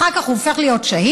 אחר כך הוא הופך להיות שהיד,